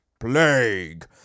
plague